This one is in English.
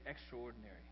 extraordinary